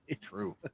True